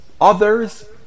Others